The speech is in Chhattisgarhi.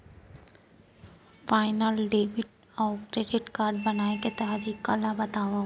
ऑफलाइन डेबिट अऊ क्रेडिट कारड बनवाए के तरीका ल बतावव?